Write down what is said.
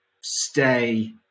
stay